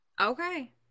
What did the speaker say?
Okay